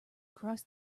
across